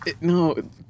no